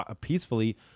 peacefully